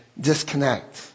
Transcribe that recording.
disconnect